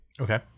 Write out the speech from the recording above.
Okay